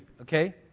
okay